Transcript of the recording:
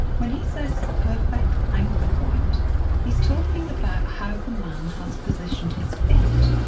when he says perfect anchor point he's talking about how the man has positioned his feet,